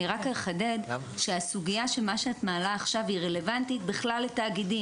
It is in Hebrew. אני רק אחדד שהסוגייה של מה שאת מעל עכשיו היא רלוונטית בכלל לתאגידים.